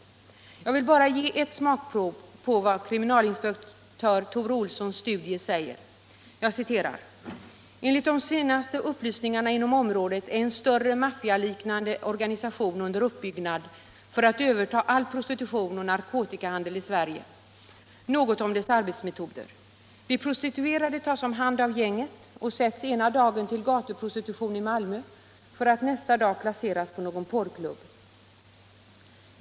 Vissa socialvårds Jag vill bara ge ett smakprov på vad kriminalinspektör Tore Olssons — frågor m.m. studie säger: ”Enligt de senaste upplysningarna inom området är en större mafhaliknande organisation under uppbyggnad för att överta all prostitution och narkotikahandel i Sverige. Något om dess arbetsmetoder: De prostituerade tas om hand av gänget och sättes ena dagen till gatuprostitution i Malmö för att nästa dag placeras på någon porrklubb.